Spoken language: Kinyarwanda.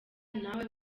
nawe